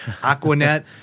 Aquanet